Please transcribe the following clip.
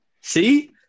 See